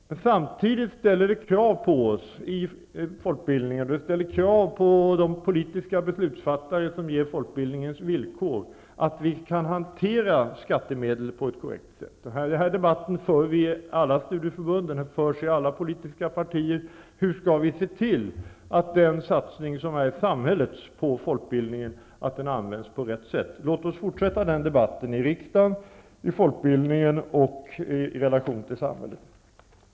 Men samtidigt ställer det krav på oss i folkbildningen och på de politiska beslutsfattare som ger folkbildningen dess villkor att vi kan hantera skattemedel på ett korrekt sätt. Denna debatt förs i alla studieförbund och i alla politiska partier. Hur skall vi se till att samhällets satsning på folkbildningen används på rätt sätt? Låt oss fortsätta den debatten i riksdagen, i folkbildningen och i relation till samhället.